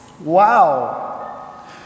Wow